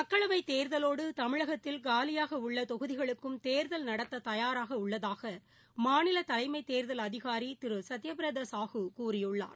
மக்களவைத் தேர்தலோடு தமிழகத்தில் காலியாக உள்ள தொகுதிகளுக்கும் தேர்தல் நடத்த தயாராக உள்ளதாக மாநில தலைமை தேர்தல் அதிகாரி திரு சத்ப பிரதா சாஹூ கூறியுள்ளார்